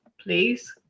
please